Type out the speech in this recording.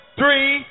three